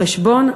חשבון,